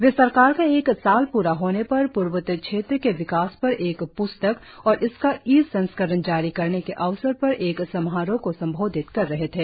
वे सरकार का एक साल प्ररा होने पर पूर्वोत्तर क्षेत्र के विकास पर एक प्रस्तक और इसका ई संस्करण जारी करने के अवसर पर एक समारोह को संबोधित कर रहे थे